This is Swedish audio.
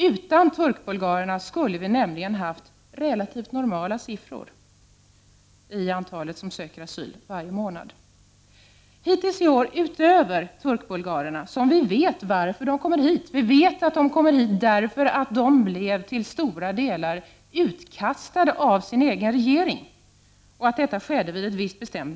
Utan turkbulgarerna skulle vi nämligen ha haft relativt normala siffror när det gäller antalet asylsökande varje månad. Vi vet varför turkbulgarerna kommer hit. Vi vet att de kommer hit därför att de till stora delar blev utkastade av sin egen regering och att detta skedde vid ett visst datum.